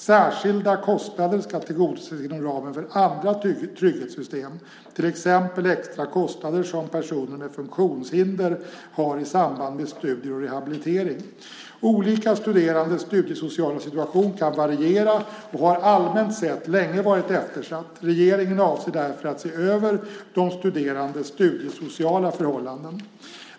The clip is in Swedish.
Särskilda kostnader ska tillgodoses inom ramen för andra trygghetssystem, till exempel extra kostnader som personer med funktionshinder har i samband med studier och rehabilitering. Olika studerandes studiesociala situation kan variera och har allmänt sett länge varit eftersatt. Regeringen avser därför att se över de studerandes studiesociala förhållanden.